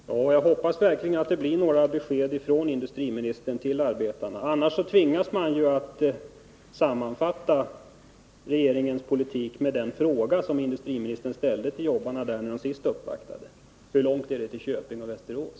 Herr talman! Jag hoppas verkligen att det kommer några besked från industriministern till arbetarna, annars tvingas man sammanfatta regeringens politik med den fråga industriministern ställde till jobbarna vid deras senaste uppvaktning: Hur långt är det till Köping och Västerås?